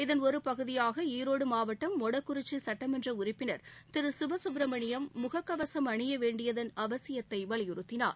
இதன் ஒருபகுதியாக ஈரோடு மாவட்டம் மொடக்குறிச்சி சட்டமன்ற உறுப்பினா் திரு சிவ சுப்ரமணியம் முகக்கவசம் அணிய வேண்டியதன் அவசியத்தை வலியுறுத்தியுள்ளார்